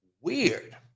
Weird